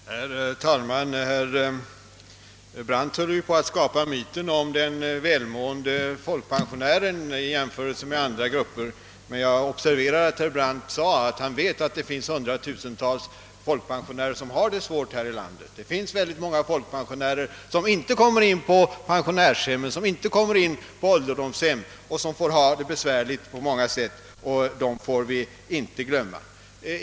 Herr talman! Herr Brandt håller på att skapa myten om den i jämförelse med andra grupper välmående folkpensionären. Jag observerade emellertid att herr Brandt sade sig veta att det finns hundratusentals folkpensionärer som har det svårt här i landet. Det finns verkligen många som inte kommer in på pensionärshem eller ålderdomshem utan har det besvärligt på många sätt, och dem får vi inte glömma.